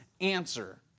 answer